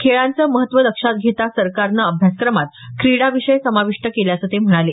खेळांचं महत्व लक्षात घेता सरकारनं अभ्यासक्रमात क्रिडा विषय समाविष्ट केल्याचं ते म्हणाले